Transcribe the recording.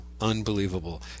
Unbelievable